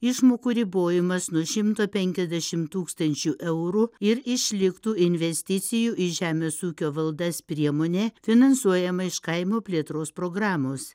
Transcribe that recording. išmokų ribojimas nuo šimto penkiasdešim tūkstačių eurų ir išliktų investicijų į žemės ūkio valdas priemonė finansuojama iš kaimo plėtros programos